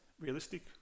realistic